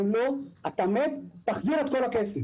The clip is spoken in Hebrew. אומרים: לא, אתה מת, תחזיר את כל הכסף,